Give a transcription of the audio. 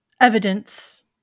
evidence